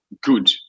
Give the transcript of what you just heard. good